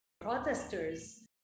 protesters